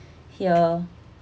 here